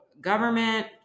government